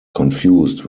confused